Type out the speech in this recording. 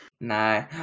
No